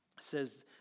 says